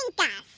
um wow.